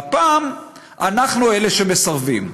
והפעם אנחנו אלה שמסרבים,